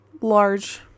large